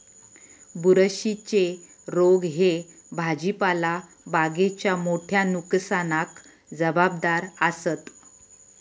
बुरशीच्ये रोग ह्ये भाजीपाला बागेच्या मोठ्या नुकसानाक जबाबदार आसत